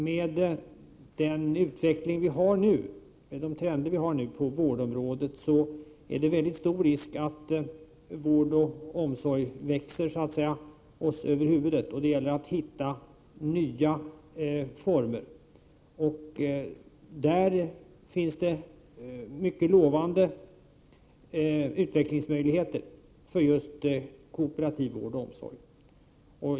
Med den utveckling och de trender som vi nu har på vårdområdet är det stor risk att vård och omsorg växer oss över huvudet. Det gäller att hitta nya former. I det sammanhanget finns det mycket lovande utvecklingsmöjligheter för just kooperativ vård och omsorg.